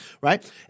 Right